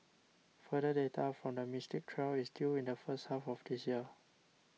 further data from the Mystic trial is due in the first half of this year